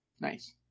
Nice